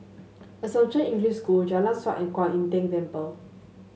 Assumption English School Jalan Siap and Kwan Im Tng Temple